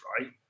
right